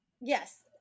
yes